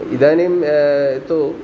इदानीं तु